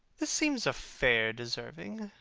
this seems a fair deserving,